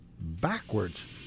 backwards